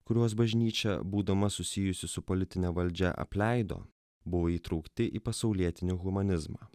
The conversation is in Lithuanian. kuriuos bažnyčia būdama susijusi su politine valdžia apleido buvo įtraukti į pasaulietinį humanizmą